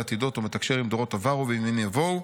עתידות ומתקשר עם דורות עברו ועם ימים יבואו,